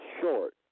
short